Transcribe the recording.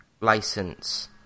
license